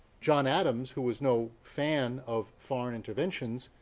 john adams, who was no fan of foreign interventions,